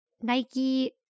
nike